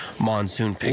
monsoon